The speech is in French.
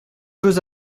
veux